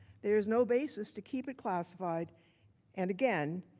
there is no basis to keep it classified and again,